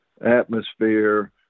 atmosphere